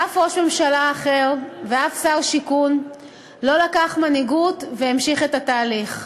אף ראש ממשלה אחר ואף שר שיכון לא לקח מנהיגות והמשיך את התהליך.